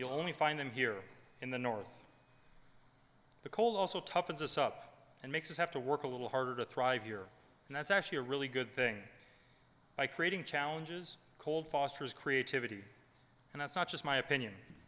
you'll only find them here in the north the cold also toughens us up and makes us have to work a little harder to thrive year and that's actually a really good thing by creating challenges cold fosters creativity and that's not just my opinion